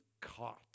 caught